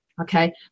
okay